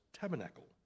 tabernacle